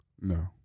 No